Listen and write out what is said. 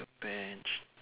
the bench